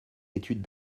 études